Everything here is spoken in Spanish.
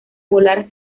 volar